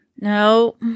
No